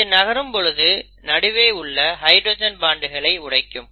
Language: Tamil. இது நகரும் பொழுது நடுவே உள்ள இந்த ஹைட்ரஜன் பான்ட்களை உடைக்கும்